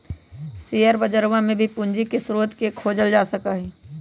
share बजरवा में भी पूंजी के स्रोत के खोजल जा सका हई